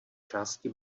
části